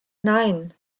nein